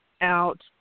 out